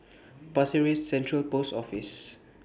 Pasir Ris Central Post Office